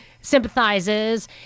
sympathizes